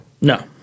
No